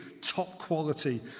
top-quality